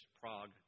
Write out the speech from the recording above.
Prague